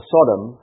Sodom